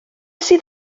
sydd